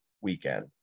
weekend